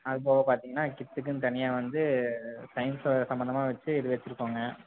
அது போக பார்த்திங்கனா கிட்ஸுக்குன்னு தனியாக வந்து சயின்ஸு சம்மந்தமாக வைச்சி இது வைச்சிருக்கோங்க